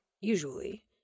usually